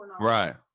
Right